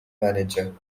manager